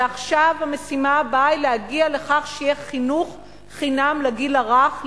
ועכשיו המשימה הבאה היא להגיע לכך שיהיה חינוך חינם לגיל הרך,